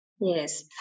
Yes